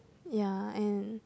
ya and